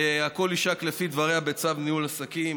שהכול יישק לפי דבריה בצו ניהול עסקים.